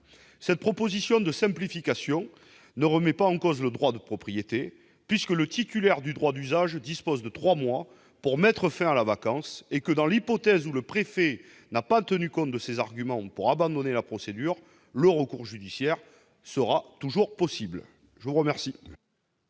Cette proposition de simplification ne remet pas en cause le droit de propriété, puisque le titulaire du droit d'usage dispose de trois mois pour mettre fin à la vacance et que, dans l'hypothèse où le préfet n'a pas tenu compte de ses arguments pour abandonner la procédure, le recours judiciaire reste toujours possible. La parole